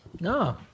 No